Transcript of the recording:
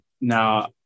Now